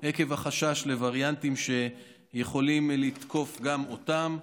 עקב החשש לווריאנטים שיכולים לתקוף גם אותם.